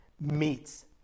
meets